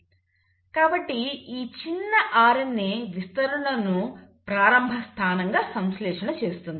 కాబట్టి ఈ చిన్న RNA విస్తరణను ప్రారంభ స్థానంగా సంశ్లేషణ చేస్తుంది